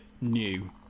new